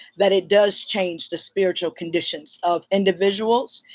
that it does change the spiritual conditions of individuals,